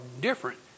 different